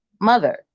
mother